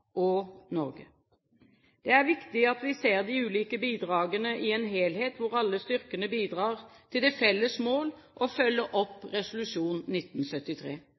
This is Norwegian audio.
og Norge. Det er viktig at vi ser de ulike bidragene i en helhet, hvor alle styrkene bidrar til det felles mål å følge opp resolusjon 1973.